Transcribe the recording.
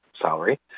salary